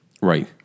Right